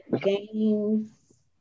games